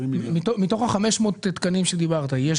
מתוך 500 התקנים שדיברת עליהם,